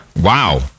Wow